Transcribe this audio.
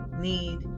need